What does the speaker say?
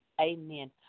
Amen